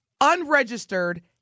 unregistered